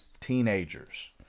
Teenagers